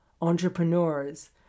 entrepreneurs